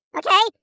okay